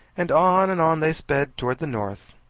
and on and on they sped towards the north.